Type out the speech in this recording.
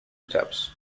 steps